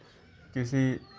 کسی